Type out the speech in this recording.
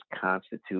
constitute